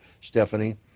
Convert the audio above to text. Stephanie